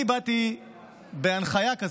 אני באתי בהנחיה כזאת,